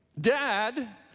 Dad